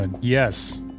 Yes